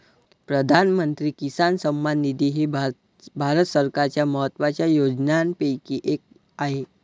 प्रधानमंत्री किसान सन्मान निधी ही भारत सरकारच्या महत्वाच्या योजनांपैकी एक आहे